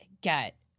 get